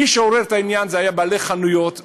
מי שעוררו את העניין היו בעלי חנויות קטנות,